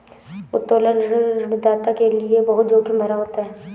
उत्तोलन ऋण ऋणदाता के लये बहुत जोखिम भरा होता है